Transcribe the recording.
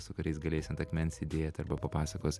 su kuriais galės ant akmens sėdėt arba papasakos